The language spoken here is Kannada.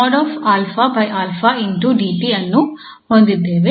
ಆದ್ದರಿಂದ ನಾವು ಅನ್ನು ಹೊಂದಿದ್ದೇವೆ